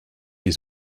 his